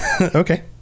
Okay